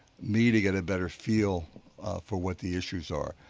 me to get a better feel for what the issues are,